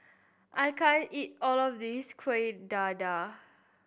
I can't eat all of this Kuih Dadar